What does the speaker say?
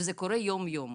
וזה קורה יום-יום.